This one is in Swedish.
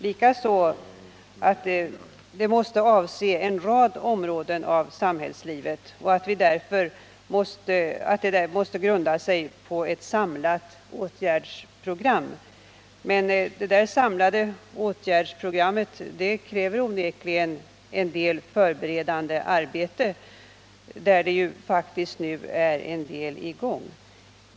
Likaså säger vi att dessa måste avse en rad områden i samhällslivet och därför måste grunda sig på ett samlat åtgärdsprogram. Men detta samlade åtgärdsprogram kräver onekligen förberedande arbete, och en del är faktiskt redan i gång.